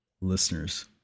listeners